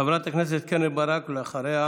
חברת הכנסת קרן ברק, ואחריה,